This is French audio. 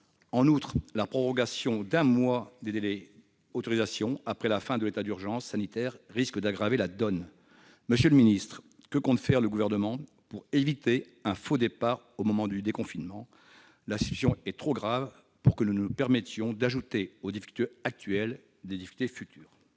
En outre, la prorogation d'un mois des délais d'autorisation après la fin de l'état d'urgence sanitaire risque d'aggraver la donne. Monsieur le ministre, que compte faire le Gouvernement pour éviter un faux départ au moment du déconfinement ? La situation est trop grave pour que nous nous permettions d'ajouter aux difficultés actuelles des difficultés futures.